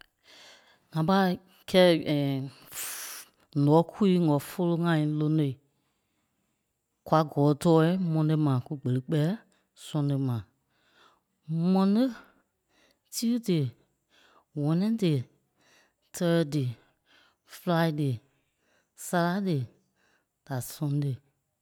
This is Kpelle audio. ŋa pâi kɛ̂i nɔ̂kui ŋɔfólo ŋai lonoi, kwa gɔ́ɔ tɔɔ̂i mɔne mà kú gbeli kpɛ́ɛ sɔne mà. Mɔne Tuide Wɛ̃nɛde Tɛɣɛide Fêlaide Salade da Sɔ̂ne